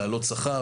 להעלות שכר,